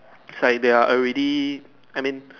it's like they are already I mean